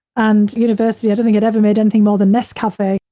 and university, i don't think i've ever made anything more than nescafe.